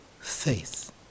faith